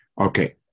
Okay